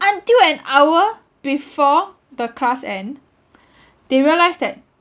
until an hour before the class end they realised that